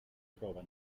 trova